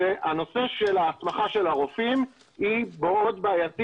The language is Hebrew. נושא ההסמכה של הרופאים הוא מאוד בעייתי